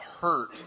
hurt